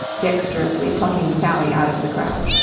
dexterously plucking sally out of the crowd,